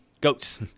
goats